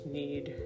need